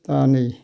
दा नै